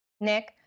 Nick